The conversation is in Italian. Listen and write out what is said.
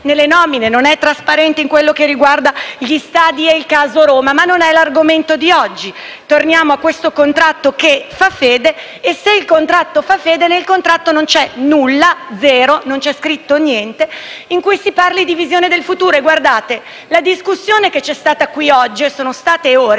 nelle nomine, non è trasparente in quello che riguarda gli stadi e il caso Roma. Ma non è l'argomento di oggi. Torniamo a questo contratto che fa fede e se il contratto fa fede, nel contratto non c'è nulla, zero, in cui si parli di visione del futuro. E guardate che nella discussione che c'è stata qui oggi - e sono state ore